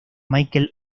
michael